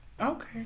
okay